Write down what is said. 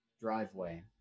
driveway